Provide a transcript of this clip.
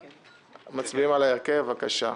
מצביעים על ההרכב, בבקשה.